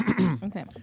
okay